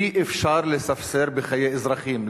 אי-אפשר לספסר בחיי אזרחים,